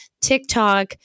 TikTok